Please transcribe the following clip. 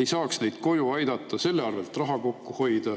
ei saaks neid koju aidata, selle arvel raha kokku hoida